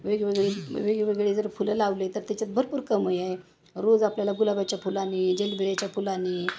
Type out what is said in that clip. वेगवेगळे वेगवेगळे जर फुलं लावले तर त्याच्यात भरपूर कमाई आहे रोज आपल्याला गुलाबाच्या फुलानी जेलबिऱ्याच्या फुलानी